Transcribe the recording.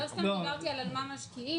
לא סתם דיברתי על מה משקיעים.